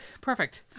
perfect